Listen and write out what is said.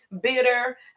bitter